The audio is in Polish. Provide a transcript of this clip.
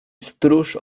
stróż